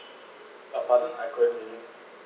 but pardon